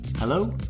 Hello